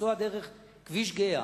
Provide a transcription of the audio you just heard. לנסוע דרך כביש גהה,